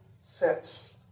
sets